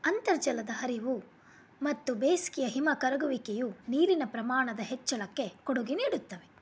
ಅಂತರ್ಜಲದ ಹರಿವು ಮತ್ತು ಬೇಸಿಗೆಯ ಹಿಮ ಕರಗುವಿಕೆಯು ನೀರಿನ ಪ್ರಮಾಣದ ಹೆಚ್ಚಳಕ್ಕೆ ಕೊಡುಗೆ ನೀಡುತ್ತವೆ